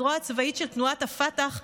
הזרוע הצבאית של תנועת הפתח,